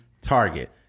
target